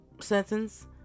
sentence